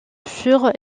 furent